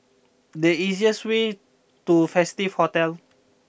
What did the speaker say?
the easier sway to Festive Hotel